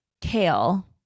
Kale